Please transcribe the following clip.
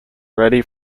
ready